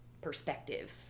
perspective